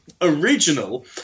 original